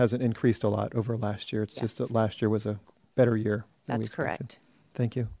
hasn't increased a lot over last year it's just that last year was a better year tha